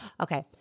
Okay